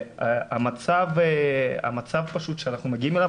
המצב שאנחנו מגיעים אליו,